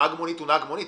נהג מונית הוא נהג מונית.